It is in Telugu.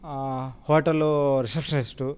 హోటల్ల్లో రిసెప్షనిస్టు